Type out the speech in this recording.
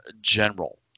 general